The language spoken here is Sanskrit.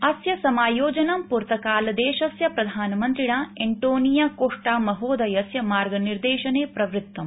अस्य समायोजनं पुर्तगालदेशस्य प्रधानमंत्रिणा एन्टोनियो कोष्टा महोदयस्य मार्गनिर्देशने प्रवृतम्